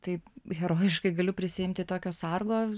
taip herojiškai galiu prisiimti tokio sargo